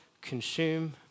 consume